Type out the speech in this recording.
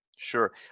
Sure